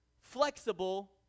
flexible